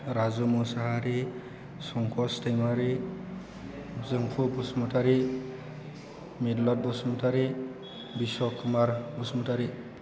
राजु मुसाहारि संकस दैमारि जोंफु बसुमतारि मिलत बसुमतारि बिस्स कुमार बसुमतारि